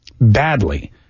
Badly